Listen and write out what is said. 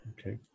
Okay